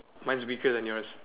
mine's weaker than yours